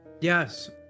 Yes